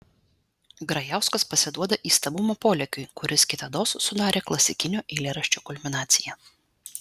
grajauskas pasiduoda įstabumo polėkiui kuris kitados sudarė klasikinio eilėraščio kulminaciją